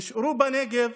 נשארו בנגב